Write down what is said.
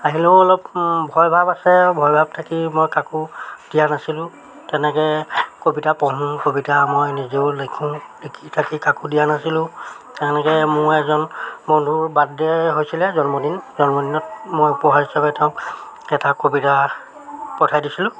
আহিলেও অলপ ভয়ভাব আছে ভয়ভাব থাকি মই কাকো দিয়া নাছিলোঁ তেনেকৈ কবিতা পঢ়োঁ কবিতা মই নিজেও লিখোঁ লিখি থাকি কাকো দিয়া নাছিলোঁ তেনেকৈ মোৰ এজন বন্ধুৰ বাৰ্থডে হৈছিলে জন্মদিন জন্মদিনত মই উপহাৰ হিচাপে তেওঁক এটা কবিতা পঠাই দিছিলোঁ